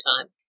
time